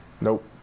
Nope